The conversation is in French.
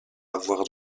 avoir